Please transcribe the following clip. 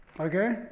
Okay